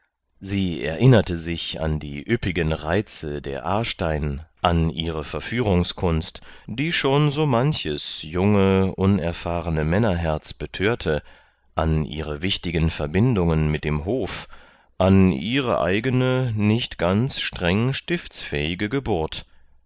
sie erinnerte sich an die üppigen reize der aarstein an ihre verführungskunst die schon so manches junge unerfahrene männerherz betörte an ihre wichtigen verbindungen mit dem hof an ihre eigene nicht ganz streng stiftsfähige geburt